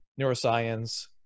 neuroscience